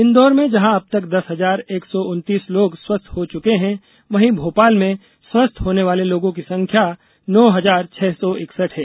इंदौर में जहां अब तक दस हजार एक सौ उन्तीस लोग स्वस्थ हो चुके हैं वहीं भोपाल में स्वस्थ होने वाले लोगों की संख्या नौ हजार छह सौ इकसठ है